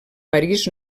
parís